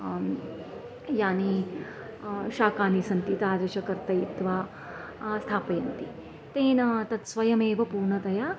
यानि शाकानि सन्ति तादृशं कर्तयित्वा स्थापयन्ति तेन तत् स्वयमेव पूर्णतया